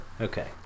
Okay